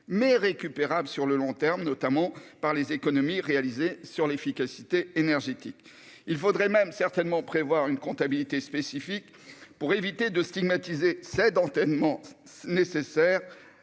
mais récupérables sur le long terme, notamment par les économies réalisées sur l'efficacité énergétique. Il faudrait même certainement prévoir une comptabilité spécifique pour éviter de stigmatiser cet endettement nécessaire